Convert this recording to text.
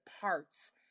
parts